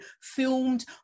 filmed